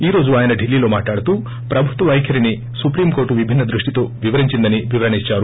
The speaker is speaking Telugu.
ఈ రోజు ఆయన ఢిల్లీలో మాట్లాడుతూ ప్రభుత్వ వైఖరిని సుప్రీం కోర్లు విభిన్స్ దృష్టితో వివరించిందని వివరణ ఇచ్చారు